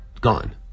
gone